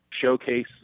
showcase